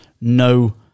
no